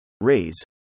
raise